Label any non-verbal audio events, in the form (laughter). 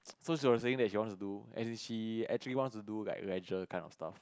(noise) so she was saying that she wants to do as in she actually wants to do like leisure kind of stuff